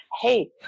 hey